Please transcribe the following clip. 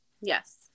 Yes